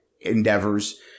endeavors